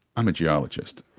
i'm a geologist.